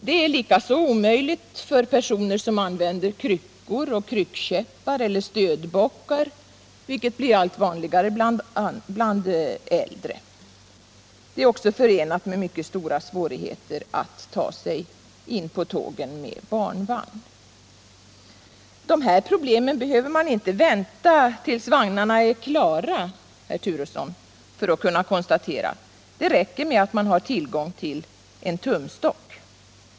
Det är likaså omöjligt för personer som använder kryckor, kryckkäppar eller stödbockar, vilket blir allt vanligare bland äldre, att använda vagnarna. Det är också förenat med mycket stora svårigheter att ta sig in på tågen med barnvagn. För att konstatera dessa problem behöver man inte vänta tills vagnarna är klara, herr Turesson. Det räcker med att man har tillgång till en tumstock.